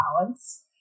balance